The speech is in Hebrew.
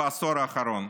בעשור האחרון,